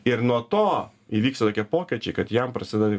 ir nuo to įvyksta tokie pokyčiai kad jam prasideda